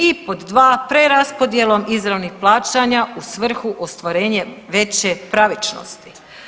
I pod dva, preraspodjelom izravnih plaćanja u svrhu ostvarenja veće pravičnosti.